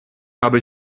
habe